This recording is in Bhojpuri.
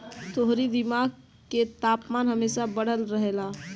तोहरी दिमाग के तापमान हमेशा बढ़ल रहेला